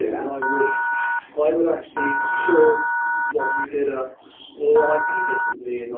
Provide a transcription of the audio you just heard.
and i would like would actually serve what you did up slightly differently,